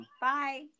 Bye